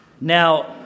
Now